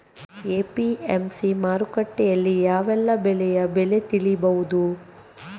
APMC ಮಾರುಕಟ್ಟೆಯಲ್ಲಿ ಯಾವೆಲ್ಲಾ ಬೆಳೆಯ ಬೆಲೆ ತಿಳಿಬಹುದು?